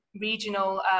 regional